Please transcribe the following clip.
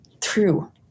true